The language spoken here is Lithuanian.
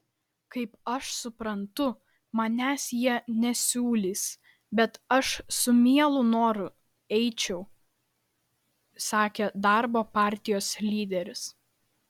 kaip aš suprantu manęs jie nesiūlys bet aš su mielu noru eičiau sakė darbo partijos lyderis